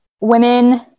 Women